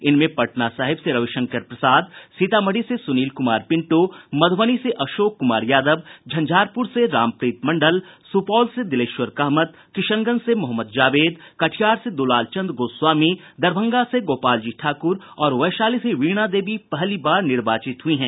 इनमें पटना साहिब से रविशंकर प्रसाद सीतामढ़ी से सुनील कुमार पिंटू मधुबनी से अशोक कुमार यादव झंझारपुर से रामप्रीत मंडल सुपौल से दिलेश्वर कामत किशनगंज से मोहम्मद जावेद कटिहार से दुलालचंद गोस्वामी दरभंगा से गोपालजी ठाकुर और वैशाली से वीणा देवी पहली बार निर्वाचित हुई है